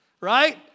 right